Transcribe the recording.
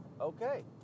okay